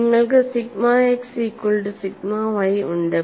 നിങ്ങൾക്ക് sigma x equal to sigma y ഉണ്ട്